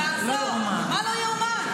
מה לא יאומן?